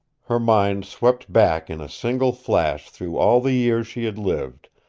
her mind swept back in a single flash through all the years she had lived,